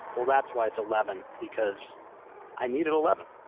well, that's why it's eleven. because i needed eleven.